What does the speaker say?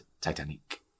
Titanic